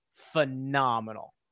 phenomenal